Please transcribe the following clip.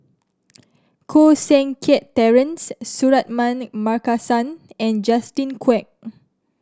Koh Seng Kiat Terence Suratman Markasan and Justin Quek